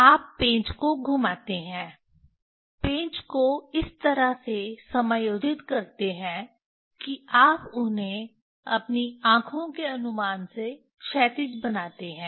आप पेंच को घुमाते हैं पेंच को इस तरह से समायोजित करते हैं कि आप उन्हें अपनी आंखों के अनुमान से क्षैतिज बनाते हैं